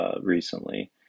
recently